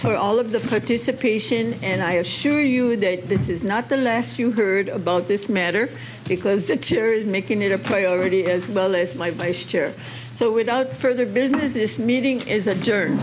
for all of the participation and i assure you that this is not the less you heard about this matter because the tear is making it a priority as well as my base chair so without further business this meeting is